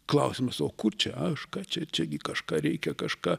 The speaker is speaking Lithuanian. klausimas o kur čia aš ką čia čiagi kažką reikia kažką